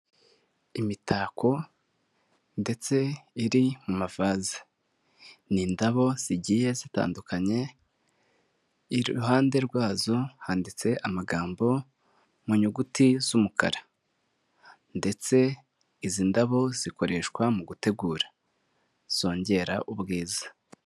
Imitako ndetse iri mu mavaze. N'indabo zigiye zitandukanye, iruhande rwazo handitse amagambo mu nyuguti z'umukara, ndetse izi ndabo zikoreshwa mu gutegura zongera ubwiza.